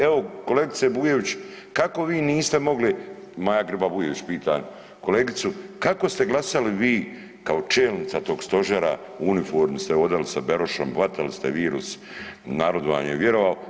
Evo kolegice Bujević kako vi niste mogli, Maja Grba Bujević pita kolegicu kako ste glasali vi kao čelnica tog Stožera u uniformi ste hodali sa Berošem, hvatali ste virus, narod vam je vjerovao.